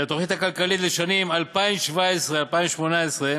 המספרים: התוכנית הכלכלית לשנים 2017 2018,